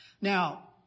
Now